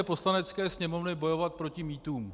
Poslanecké sněmovny bojovat proti mýtům?